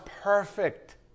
perfect